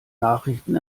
nachrichten